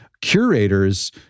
curators